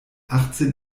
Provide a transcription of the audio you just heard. achtzehn